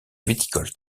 viticole